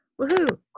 Woohoo